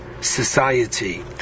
society